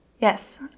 Yes